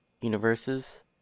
universes